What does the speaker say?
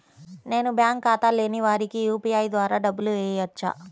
నేను బ్యాంక్ ఖాతా లేని వారికి యూ.పీ.ఐ ద్వారా డబ్బులు వేయచ్చా?